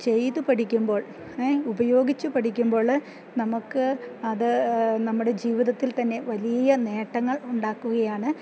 ചെയ്തു പഠിക്കുമ്പോൾ ഉപയോഗിച്ച് പഠിക്കുമ്പോൾ നമുക്ക് അത് നമ്മുടെ ജീവിതത്തിൽ തന്നെ വലിയ നേട്ടങ്ങൾ ഉണ്ടാക്കുകയാണ്